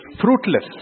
fruitless